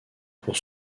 pour